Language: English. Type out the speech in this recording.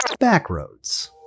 Backroads